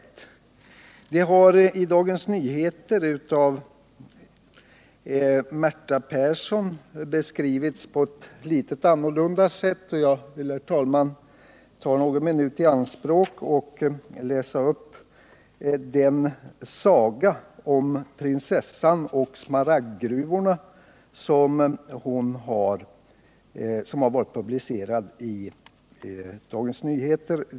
Märta Persson har i Dagens Nyheter beskrivit förhållandena på ett litet ovanligt sätt, och jag skulle, herr talman, vilja ta någon minut i anspråk för att läsa upp Sagan om prinsessan och smaragdgruvorna, som har varit publicerad i Dagens Nyheter.